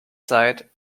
side